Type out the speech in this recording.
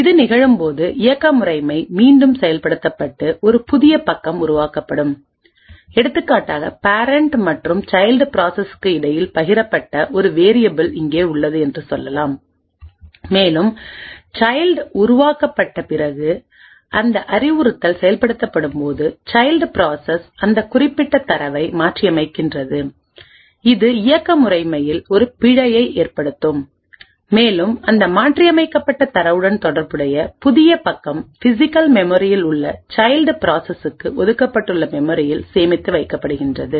இது நிகழும்போது இயக்க முறைமை மீண்டும் செயல்படுத்தப்பட்டு ஒரு புதிய பக்கம் உருவாக்கப்படும் எடுத்துக்காட்டாக பேரண்ட் மற்றும் சைல்டு ப்ராசசுக்கு இடையில் பகிரப்பட்ட ஒரு வேரியபுல் இங்கே உள்ளது என்று சொல்லலாம் மேலும் சைல்ட் உருவாக்கப்பட்ட பிறகு அந்த அறிவுறுத்தல் செயல்படுத்தப்படும்போது சைல்ட் பிராசஸ் அந்த குறிப்பிட்ட தரவை மாற்றியமைக்கிறது இது இயக்க முறைமையில் ஒரு பிழையை ஏற்படுத்தும் மேலும் அந்த மாற்றியமைக்கப்பட்ட தரவுடன் தொடர்புடைய புதிய பக்கம் பிசிகல் மெமரியில் உள்ள சைல்ட் ப்ராசசுக்கு ஒதுக்கப்பட்டுள்ள மெமரியில் சேமித்து வைக்கப்படுகின்றது